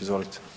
Izvolite.